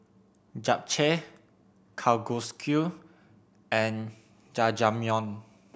Japchae Kalguksu and Jajangmyeon